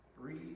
breathe